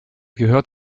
gehört